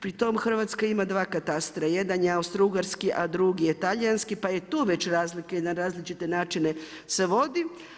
Pri tome Hrvatska ima dva katastra, jedan je austrougarski a drugi je talijanski, pa je tu već razlika i na različite načine se vodi.